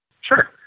Sure